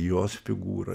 jos figūra